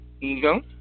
ego